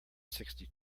sixty